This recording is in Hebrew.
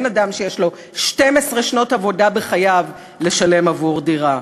אין אדם שיש לו 12 שנות עבודה בחייו לשלם עבור דירה.